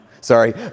sorry